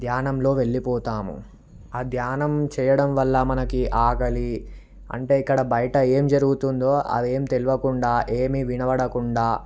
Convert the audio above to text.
ధ్యానంలో వెళ్ళిపోతాము ఆ ధ్యానం చేయడం వల్ల మనకి ఆకలి అంటే ఇక్కడ బయట ఏం జరుగుతుందో అదేం తెలవకుండా ఏమీ వినపడకుండా